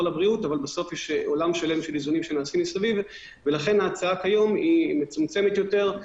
יש עולם שלם של איזונים שנעשים מסביב ולכן ההצעה כיום היא מצומצמת יותר.